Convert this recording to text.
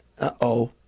Uh-oh